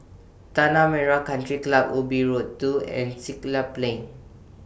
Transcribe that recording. Tanah Merah Country Club Ubi Road two and Siglap Plain